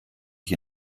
ich